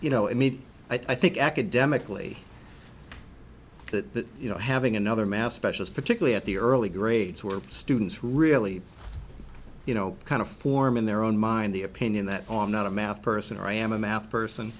you know i mean i think academically that you know having another mass specialist particularly at the early grades who are students really you know kind of form in their own mind the opinion that on not a math person i am a math person